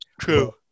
True